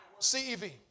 CEV